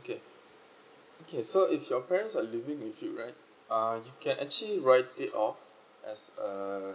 okay okay so if your parents are living with you right uh you can actually write it off as uh